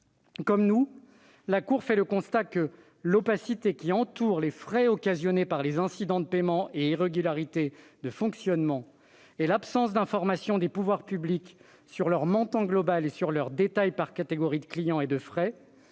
Comme nous, la Cour des comptes dresse le constat que « l'opacité qui entoure les frais occasionnés par les incidents de paiement et irrégularités de fonctionnement, et l'absence d'information des pouvoirs publics à la fois sur leur montant global et sur leur détail par catégorie de clients et de frais,